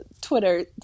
Twitter